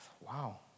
Wow